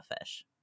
Fish